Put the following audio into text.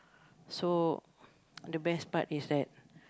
so the best part is that